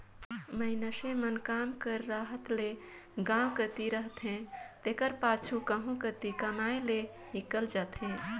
मइनसे मन काम कर रहत ले गाँव कती रहथें तेकर पाछू कहों कती कमाए लें हिंकेल जाथें